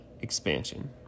expansion